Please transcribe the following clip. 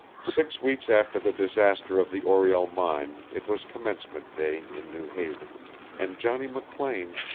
six weeks after the disaster of the oriel mine it was commencement day in new haven and johnny mclean,